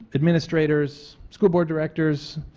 administrators, school board directors